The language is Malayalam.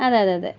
അതെയതെ അതെ